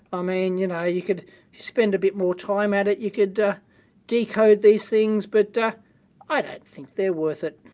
um and you know, you could spend a bit more time at it, you could decode these things, but i don't think they're worth it.